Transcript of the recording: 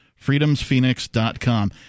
freedomsphoenix.com